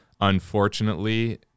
unfortunately